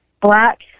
black